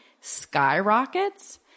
skyrockets